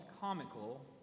comical